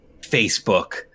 Facebook